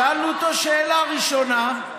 שאלנו אותו שאלה ראשונה.